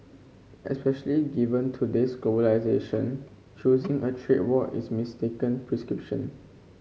especially given today's globalisation choosing a trade war is a mistaken prescription